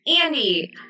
Andy